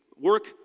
Work